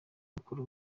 nukora